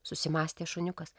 susimąstė šuniukas